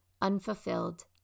unfulfilled